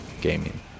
gaming